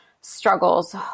struggles